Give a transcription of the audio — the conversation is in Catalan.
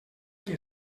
qui